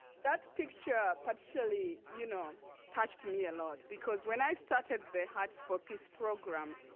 that picture particularly you know touched me a lot, because when i started the huts for peace program.